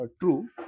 true